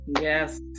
Yes